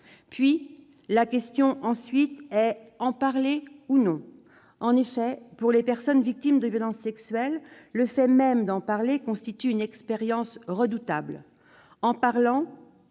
la question est « en parler ou non ». En effet, pour les personnes victimes de violences sexuelles, le fait même d'en parler constitue une expérience redoutable. En parlant,